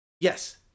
yes